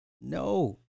no